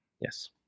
Yes